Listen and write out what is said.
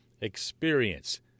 experience